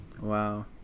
Wow